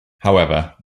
however